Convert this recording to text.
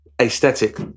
aesthetic